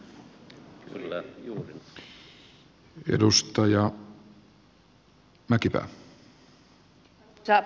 arvoisa puhemies